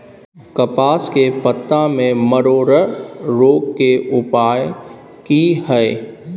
कपास के पत्ता में मरोड़ रोग के उपाय की हय?